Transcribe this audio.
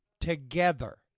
together